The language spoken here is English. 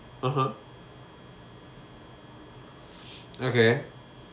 (uh huh) okay